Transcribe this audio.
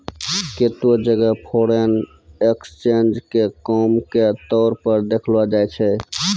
केत्तै जगह foreign exchange के काम के तौर पर देखलो जाय छै